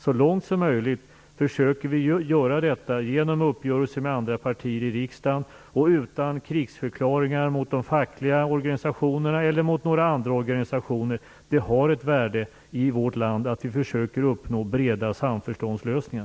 Så långt möjligt försöker vi att göra detta genom uppgörelser med andra partier i riksdagen och utan krigsförklaringar mot de fackliga organisationerna eller mot några andra organisationer. Det har ett värde i vårt land att vi försöker uppnå breda samförståndslösningar.